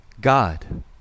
God